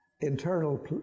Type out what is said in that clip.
internal